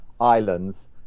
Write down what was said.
islands